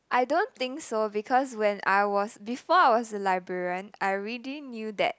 I don't think so because when I was before I was a librarian I already knew that